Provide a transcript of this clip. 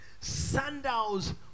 sandals